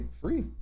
free